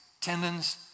tendons